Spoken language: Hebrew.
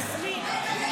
בסדר.